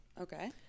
Okay